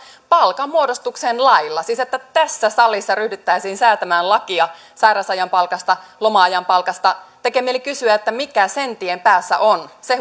palkanmuodostukseen lailla siis tässä salissa ryhdyttäisiin säätämään lakia sairausajan palkasta loma ajan palkasta tekee mieli kysyä mikä sen tien päässä on se